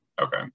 okay